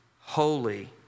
holy